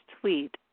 tweet